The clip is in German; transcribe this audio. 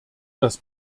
das